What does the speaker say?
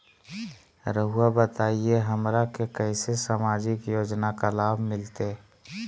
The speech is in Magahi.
रहुआ बताइए हमरा के कैसे सामाजिक योजना का लाभ मिलते?